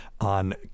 on